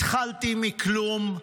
התחלתי מכלום,